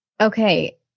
Okay